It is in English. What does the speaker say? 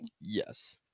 Yes